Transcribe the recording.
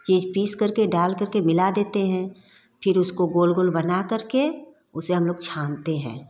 चीज़ पीसकर के डालकर के मिला देते हैं फिर उसको गोल गोल बनाकर के उसे हम लोग छानते हैं